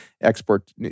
export